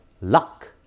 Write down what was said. luck